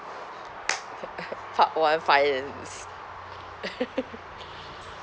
part one finance